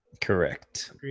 Correct